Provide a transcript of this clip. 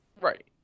Right